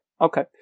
Okay